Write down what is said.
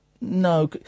No